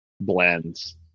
blends